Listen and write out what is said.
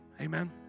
Amen